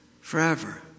Forever